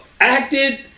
Acted